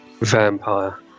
Vampire